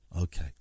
Okay